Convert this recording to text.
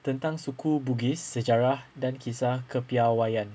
tentang suku bugis sejarah dan kisah kepiawaian